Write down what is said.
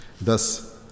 Thus